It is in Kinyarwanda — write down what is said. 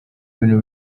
bintu